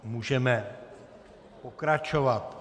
Můžeme pokračovat.